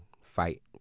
fight